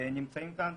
שנמצאים כאן.